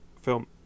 film